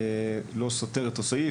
לא סותר את הסעיף?